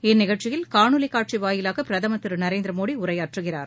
இந்நிகழ்ச்சியில் காணொலி காட்சி வாயிலாக பிரதமர் திரு நரேந்திரமோடி உரையாற்றுகிறார்